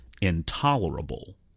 intolerable